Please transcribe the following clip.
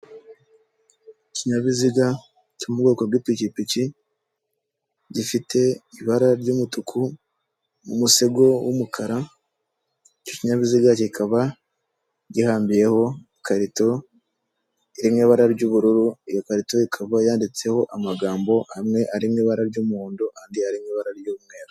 Ikinyabiziga cyo mu bwoko bw'ipikipiki gifite ibara ry'umutuku n'umusego w'umukara, ikinyabiziga kikaba gihambiyeho ikarito iri mu ibara ry'ubururu, iyo karita ikaba yanditseho amagambo amwe ari mu ibara ry'umuhondo, andi ari mu ibara ry'umweru.